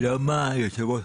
אני יושב-ראש